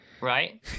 Right